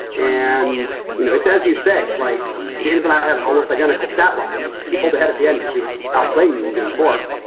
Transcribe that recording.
and you know, it's as you say, like james and i had an almost identical stat lines, people they had at the end because he was ah playing me in game four.